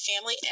family